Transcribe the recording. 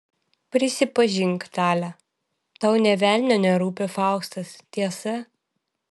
prisipažink tale tau nė velnio nerūpi faustas tiesa